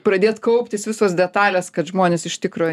pradėt kauptis visos detalės kad žmuonės iš tikro